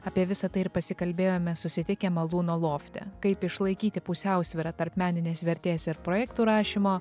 apie visa tai ir pasikalbėjome susitikę malūno lofte kaip išlaikyti pusiausvyrą tarp meninės vertės ir projektų rašymo